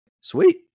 Sweet